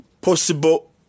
possible